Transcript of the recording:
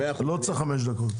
לא צריך חמש דקות.